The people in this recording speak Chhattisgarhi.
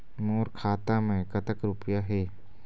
मोर खाता मैं कतक रुपया हे?